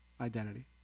identity